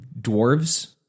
dwarves